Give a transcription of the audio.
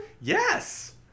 Yes